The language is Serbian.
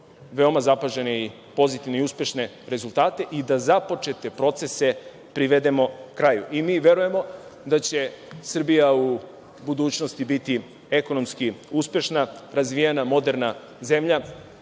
veoma zapažene, pozitivne i uspešne rezultate i da započete procese privedemo kraju. Verujemo da će Srbija u budućnosti biti ekonomski uspešna, razvijena, moderna zemlja,